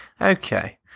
Okay